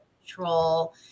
control